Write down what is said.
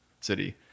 city